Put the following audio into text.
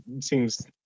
seems